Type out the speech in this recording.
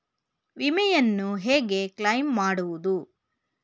ವಿಮೆಯನ್ನು ಹೇಗೆ ಕ್ಲೈಮ್ ಮಾಡುವುದು?